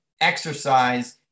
exercise